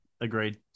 agreed